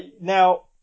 now